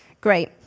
Great